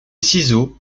ciseaux